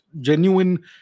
genuine